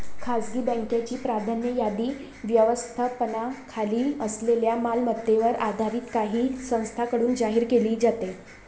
खासगी बँकांची प्राधान्य यादी व्यवस्थापनाखाली असलेल्या मालमत्तेवर आधारित काही संस्थांकडून जाहीर केली जाते